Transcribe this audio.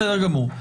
בסדר גמור.